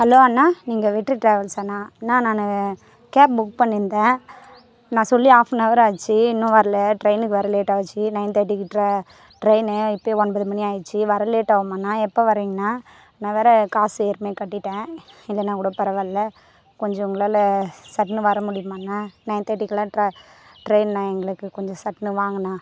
hello அண்ணா நீங்கள் வெற்றி ட்ராவல்ஸாண்ணா அண்ணா நான் கேப் புக் பண்ணியிருந்தேன் நான் சொல்லி ஹாஃப் அன் ஹவர் ஆச்சு இன்னும் வரலை ட்ரெயினுக்கு வேறு லேட் ஆச்சு நைன் தேர்ட்டிக்கு ட்ரெ ட்ரெயினு இப்போயே ஒன்பது மணி ஆயிடுச்சு வர லேட் ஆகுமாண்ணா எப்போ வருவீங்கண்ணா நான் வேறு காசு ஏற்கனவே கட்டிவிட்டேன் இல்லைன்னா கூட பரவாயில்ல கொஞ்சம் உங்களால சட்டுன்னு வர முடியுமாண்ணா நைன் தேர்ட்டிக்கெலாம் ட்ரெ ட்ரெயிண்ணா எங்களுக்கு கொஞ்சம் சட்டுன்னு வாங்கண்ணா